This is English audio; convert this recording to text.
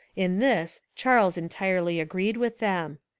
in this charles entirely agreed with them.